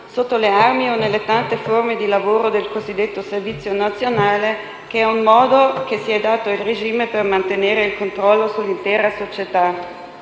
sotto le armi o nelle tante forme di lavoro del cosiddetto servizio nazionale, che è un modo che si è dato il regime per mantenere il controllo sull'intera società,